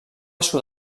sud